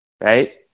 right